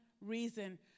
reason